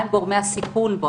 מה הם גורמי הסיכון בו.